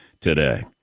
today